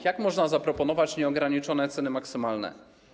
Jak można zaproponować nieograniczone ceny maksymalne?